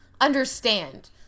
understand